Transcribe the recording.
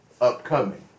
upcoming